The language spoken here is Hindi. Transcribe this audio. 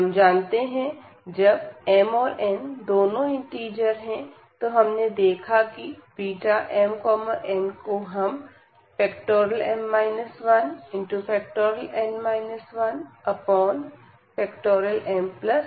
हम जानते हैं जब m और n दोनों इंटिजर है तो हमने देखा है की Bmn को हम